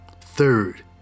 Third